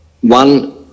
one